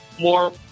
more